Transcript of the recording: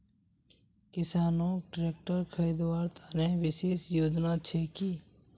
किसानोक ट्रेक्टर खरीदवार तने विशेष योजना छे कि?